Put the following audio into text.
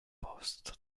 posto